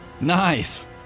Nice